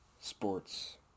Sports